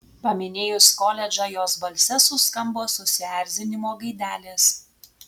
paminėjus koledžą jos balse suskambo susierzinimo gaidelės